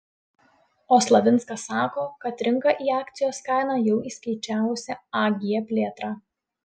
o slavinskas sako kad rinka į akcijos kainą jau įskaičiavusi ag plėtrą